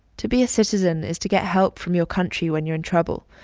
to be a citizen is to get help from your country when you're in trouble,